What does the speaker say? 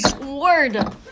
word